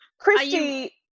Christy